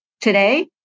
today